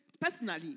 personally